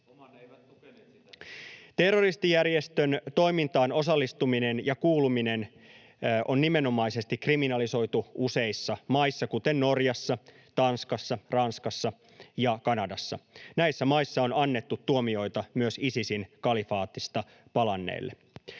Terroristijärjestön toimintaan osallistuminen ja kuuluminen on nimenomaisesti kriminalisoitu useissa maissa, kuten Norjassa, Tanskassa, Ranskassa ja Kanadassa. Näissä maissa on annettu tuomioita myös Isisin kalifaatista palanneille.